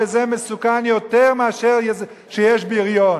וזה מסוכן יותר מאשר שיש בריון.